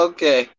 Okay